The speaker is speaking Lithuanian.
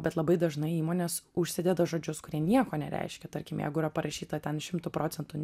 bet labai dažnai įmonės užsideda žodžius kurie nieko nereiškia tarkim jeigu yra parašyta ten šimtu procentų